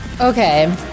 Okay